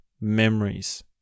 memories